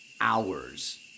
hours